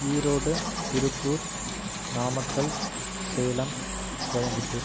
Erode Tiruppur Namakkal Salem Coimbatore